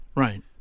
right